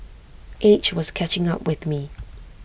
age was catching up with me